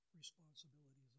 responsibilities